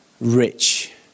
rich